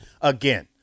again